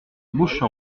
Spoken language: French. bouche